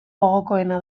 gogokoena